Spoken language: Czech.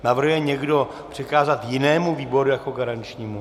Navrhuje někdo přikázat jinému výboru jako garančnímu?